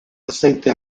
aceite